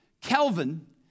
Kelvin